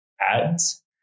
ads